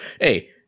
hey